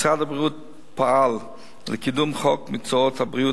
משרד הבריאות פעל לקידום חוק מקצועות הבריאות,